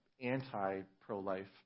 anti-pro-life